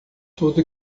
tudo